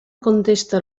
contesta